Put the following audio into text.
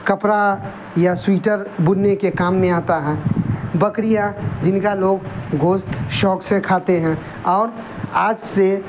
کپڑا یا سوئٹر بننے کے کام میں آتا ہے بکریا جن کا لوگ گوشت شوق سے ککھاتے ہیں اور آج سے